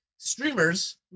Streamers